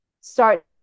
start